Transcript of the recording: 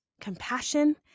compassion